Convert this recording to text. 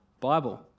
Bible